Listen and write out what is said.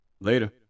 Later